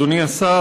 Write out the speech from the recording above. אדוני השר,